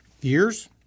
years